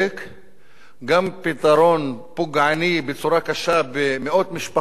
גם פתרון פוגעני בצורה קשה במאות משפחות וילדים,